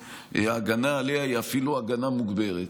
שההגנה עליה היא אפילו הגנה מוגברת.